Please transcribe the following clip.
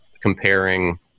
comparing